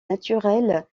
naturelle